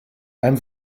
beim